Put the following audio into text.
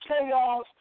chaos